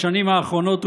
בשנים האחרונות,